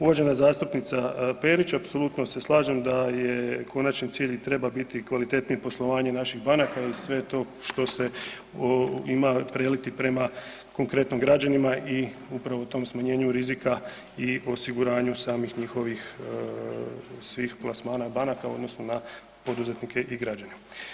Uvažena zastupnica Perić, apsolutno se slažem da je konačni cilj treba i biti kvalitetnije poslovanje naših banaka i sve to što se ima preliti prema konkretno građanima i upravo u tom smanjenju rizika i osiguranju samih njihovih svih plasmana banaka odnosno na poduzetnike i građane.